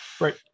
Right